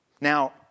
Now